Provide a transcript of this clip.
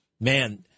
Man